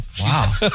Wow